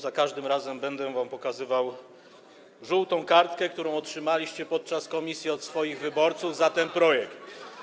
Za każdym razem będę wam pokazywał żółtą kartkę, którą otrzymaliście podczas posiedzenia komisji od swoich wyborców za ten projekt.